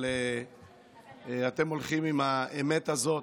אבל אתם הולכים עם האמת הזאת,